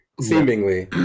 Seemingly